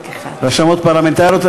רשמות פרלמנטריות,